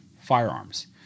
firearms